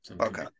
Okay